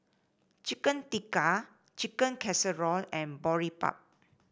Chicken Tikka Chicken Casserole and Boribap